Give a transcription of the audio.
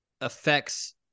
affects